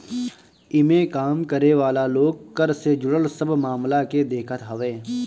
इमें काम करे वाला लोग कर से जुड़ल सब मामला के देखत हवे